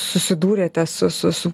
susidūrėte su su su